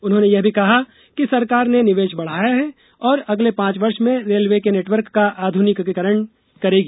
उन्होंने यह भी कहा कि सरकार ने निवेश बढ़ाया है और अगले पांच वर्ष में रेलवे के नेटवर्क का आध्निकीकरण करेगी